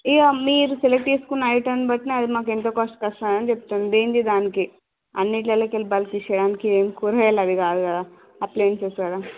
yeah మీరు select చేసుకున్న ఐటెంను బట్టి నాది మాకు ఎంత కాస్ట్ వస్తున్నాయో చెప్తున్నా దేనిది దానికే అన్నిట్లలో కలిపి బల్కి చేయటానికి ఇదేం కూరగాయలు అవి ఏం కావు కదా అట్లా ఏం తీసేయలేం